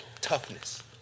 toughness